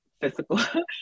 physical